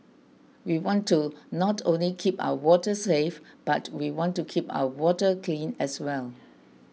we want to not only keep our waters safe but we want to keep our water clean as well